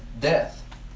death